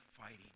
fighting